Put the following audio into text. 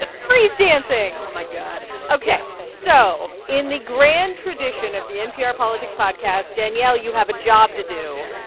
ah freeze dancing oh, my god ok yes so in the grand tradition of the npr politics podcast, danielle, you have a job to do.